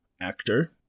actor